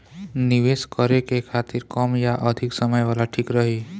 निवेश करें के खातिर कम या अधिक समय वाला ठीक रही?